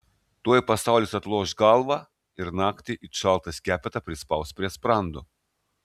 tuoj pasaulis atloš galvą ir naktį it šaltą skepetą prispaus prie sprando